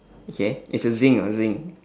okay it's a zinc ah zinc